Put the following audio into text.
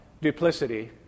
duplicity